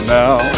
now